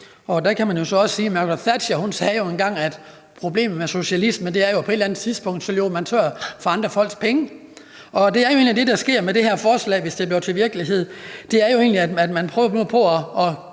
og der kan man jo også sige, at Margaret Thatcher jo engang sagde, at problemet med socialisme er, at på et eller andet tidspunkt løber man tør for andre folks penge. Det er jo egentlig det, der sker med det her forslag, hvis det bliver til virkelighed, nemlig at man prøver på at